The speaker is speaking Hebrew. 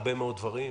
בדברים רבים,